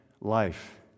life